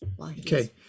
Okay